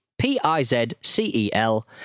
P-I-Z-C-E-L